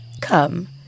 Come